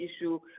issue